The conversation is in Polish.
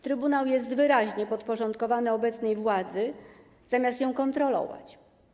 Trybunał jest wyraźnie podporządkowany obecnej władzy, zamiast ją kontrolować.